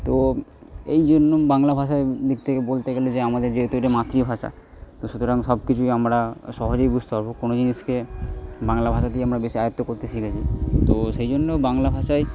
তো এই যেরকম বাংলা ভাষায় লিখতে বলতে গেলে যে আমাদের যেহতু এটা মাতৃভাষা তো সুতরাং সব কিছুই আমরা সহজেই বুঝতে পারব কোনও জিনিসকে বাংলা ভাষাতেই আমরা বেশি আয়ত্ত করতে শিখেছি তো সেই জন্যই বাংলা ভাষায়